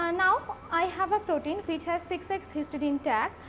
ah now i have a protein which has six x histidine tag.